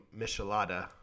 Michelada